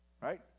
right